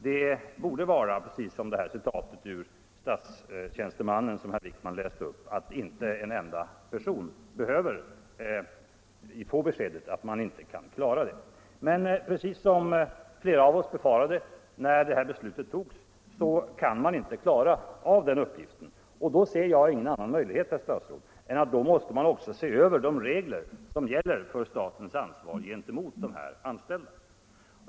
Det borde vara, precis som enligt det här citatet ur Statstjänstemannen, som herr Wijkman läste upp, att inte en enda person behöver få beskedet att man inte kan klara uppgiften. Men som fler av oss befarade, när beslutet togs, kan man inte klara av den uppgiften. Då ser jag ingen annan möjlighet, herr statsråd, än att man också ser över de regler som gäller för statens ansvar gentemot dessa anställda.